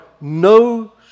no